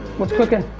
what's cooking?